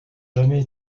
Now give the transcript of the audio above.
jamais